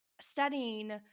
studying